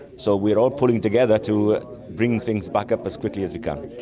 so we are all pulling together to bring things back up as quickly as we can.